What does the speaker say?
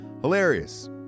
hilarious